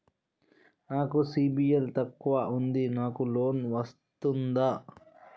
నాకు సిబిల్ తక్కువ ఉంది నాకు లోన్ వస్తుందా?